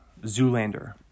Zoolander